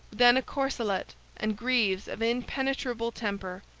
then a corselet and greaves of impenetrable temper,